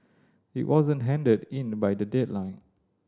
it wasn't handed in the by the deadline